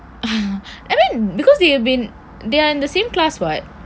I mean because they have been they are in the same class [what]